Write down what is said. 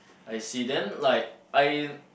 I see then like I